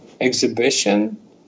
exhibition